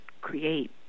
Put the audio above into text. create